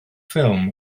ffilm